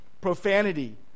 profanity